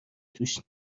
توش